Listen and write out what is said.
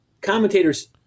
commentators